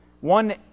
One